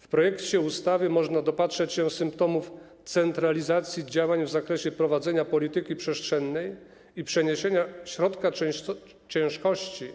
W projekcie ustawy można zauważyć symptomy centralizacji działań w zakresie prowadzenia polityki przestrzennej i przeniesienia środka ciężkości